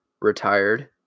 retired